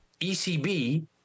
ECB